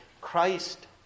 Christ